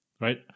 Right